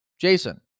Jason